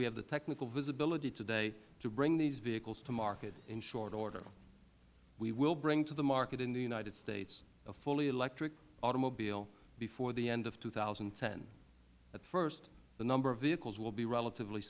we have the technical visibility today to bring these vehicles to market in short order we will bring to the market in the united states a fully electric automobile before the end of two thousand and ten but first the number of vehicles will be relatively